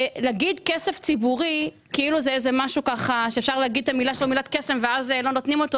להגיד כסף ציבורי כאילו זאת מילת קסם ואז לא נותנים אותו,